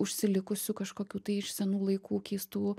užsilikusių kažkokių tai iš senų laikų keistų